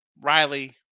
Riley